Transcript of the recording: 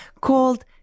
called